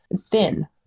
thin